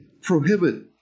prohibit